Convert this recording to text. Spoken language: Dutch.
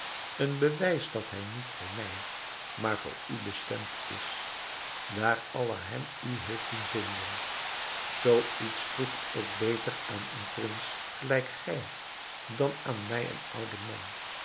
een bewijs dat hij niet voor mij maar voor u bestemd is daar allah hem u heeft doen vinden zoo iets voegt ook beter aan een prins gelijk gij dan aan mij ouden man